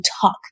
talk